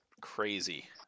crazy